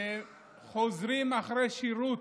שחוזרים אחרי שירות,